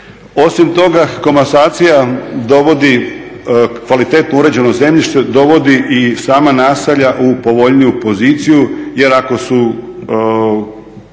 Osim toga komasacija dovodi, kvalitetno uređeno zemljište dovodi i sama naselja u povoljniju poziciju jer ako su